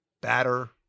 batter